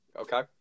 Okay